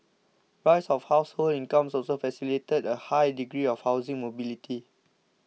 rise of household incomes also facilitated a high degree of housing mobility